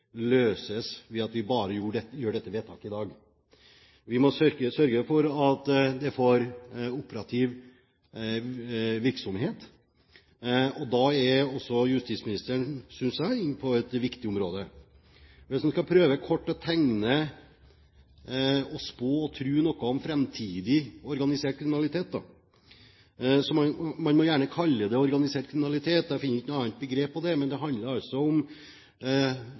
løses bare ved at vi gjør dette vedtaket i dag. Vi må sørge for at det får operativ virksomhet, og da er justisministeren – synes jeg – inne på et viktig område. Hvis en kort skal prøve å tegne og spå og tro noe om framtidig organisert kriminalitet – man må gjerne kalle det organisert kriminalitet, jeg finner ikke noe annet begrep på det, men det handler altså om